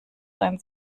sein